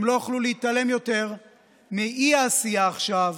הם לא יוכלו להתעלם יותר מההשפעה של אי-עשייה עכשיו